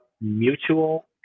mutual